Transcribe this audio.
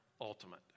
ultimate